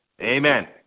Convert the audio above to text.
Amen